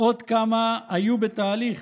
עוד כמה היו בתהליך,